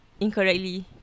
incorrectly